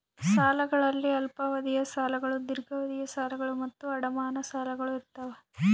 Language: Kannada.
ಸಾಲಗಳಲ್ಲಿ ಅಲ್ಪಾವಧಿಯ ಸಾಲಗಳು ದೀರ್ಘಾವಧಿಯ ಸಾಲಗಳು ಮತ್ತು ಅಡಮಾನ ಸಾಲಗಳು ಇರ್ತಾವ